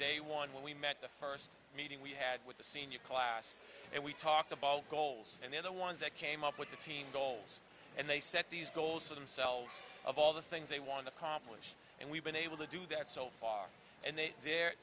day one when we met the first meeting we had with the senior class and we talked about goals and they're the ones that came up with the team goals and they set these goals for themselves of all the things they want to accomplish and we've been able to do that so far and they're the